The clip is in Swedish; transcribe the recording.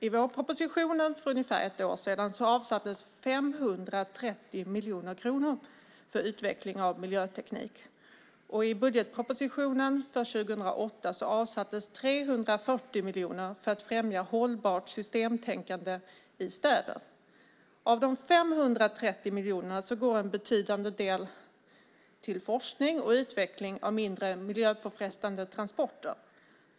I vårpropositionen för ungefär ett år sedan avsattes 530 miljoner kronor för utveckling av miljöteknik. I budgetpropositionen för år 2008 avsattes 340 miljoner för att främja hållbart systemtänkande i städer. Av de 530 miljonerna går en betydande del till forskning och utveckling av mindre miljöpåfrestande transporter.